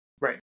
Right